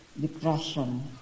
depression